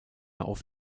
auf